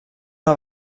una